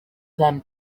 them